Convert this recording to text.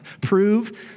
prove